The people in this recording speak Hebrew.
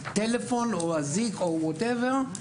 טלפון או אזיק או משהו אחר,